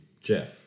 Jeff